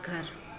घरु